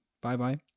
Bye-bye